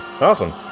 Awesome